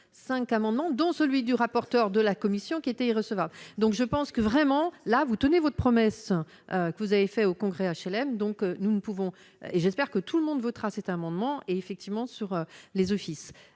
5 amendements, dont celui du rapporteur de la commission qui était irrecevable, donc je pense que vraiment, là, vous tenez votre promesse que vous avez fait au congrès HLM, donc nous ne pouvons et j'espère que tout le monde votera c'est un amendement et effectivement sur les offices